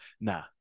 Nah